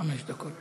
גלאון, חמש דקות.